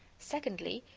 secondly,